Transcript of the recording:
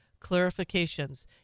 clarifications